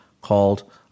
called